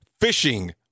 fishing